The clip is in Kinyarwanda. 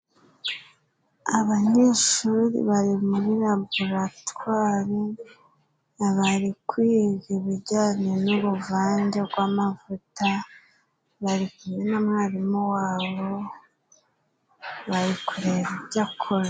Abanyeshuri bari muri laboratwari bari kwiga ibijyanye n'uruvange gw'amavuta, bari kumwe na mwarimu wabo bari kureba ibyo akora.